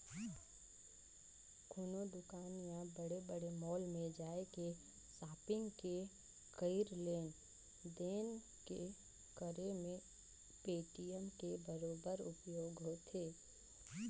कोनो दुकान या बड़े बड़े मॉल में जायके सापिग के करई लेन देन के करे मे पेटीएम के बरोबर उपयोग होथे